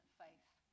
faith